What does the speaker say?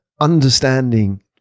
understanding